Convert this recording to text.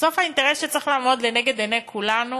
בסוף, האינטרס שצריך לעמוד לנגד עיני כולנו